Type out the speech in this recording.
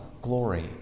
glory